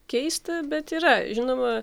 keista bet yra žinoma